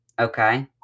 Okay